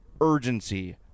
urgency